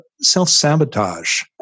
self-sabotage